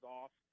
off